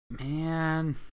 Man